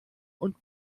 und